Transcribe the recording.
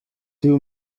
two